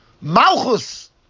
Malchus